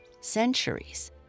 centuries